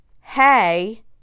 hey